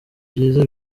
byiza